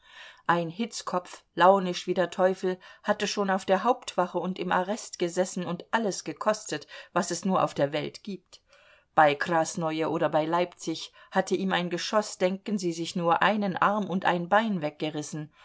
ein hitzkopf launisch wie der teufel hatte schon auf der hauptwache und im arrest gesessen und alles gekostet was es nur auf der welt gibt bei krasnoje oder bei leipzig hatte ihm ein geschoß denken sie sich nur einen arm und ein bein weggerissen